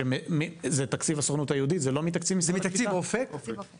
הם עוד לא חולקו.